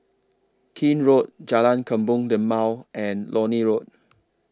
Keene Road Jalan Kebun Limau and Lornie Road